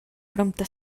prompte